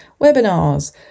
webinars